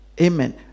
amen